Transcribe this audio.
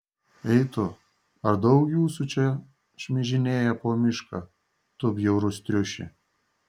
ei tu ar daug jūsų čia šmižinėja po mišką tu bjaurus triuši